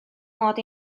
mod